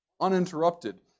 uninterrupted